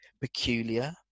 peculiar